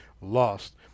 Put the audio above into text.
lost